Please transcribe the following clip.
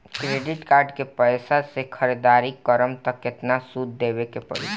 Credit card के पैसा से ख़रीदारी करम त केतना सूद देवे के पड़ी?